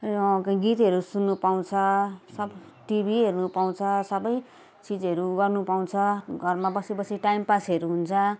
गीतहरू सुन्नुपाउँछ सब टिभी पाउँछ सबै चिजहरू गर्नुपाउँछ घरमा बसी बसी टाइम पासहरू हुन्छ